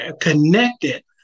connected